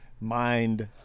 mind